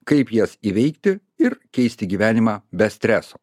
kaip jas įveikti ir keisti gyvenimą be streso